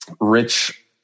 rich